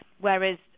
whereas